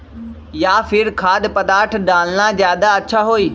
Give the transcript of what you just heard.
या फिर खाद्य पदार्थ डालना ज्यादा अच्छा होई?